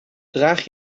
draag